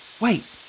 Wait